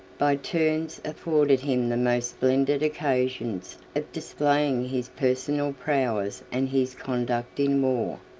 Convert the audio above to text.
by turns afforded him the most splendid occasions of displaying his personal prowess and his conduct in war.